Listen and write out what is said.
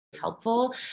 helpful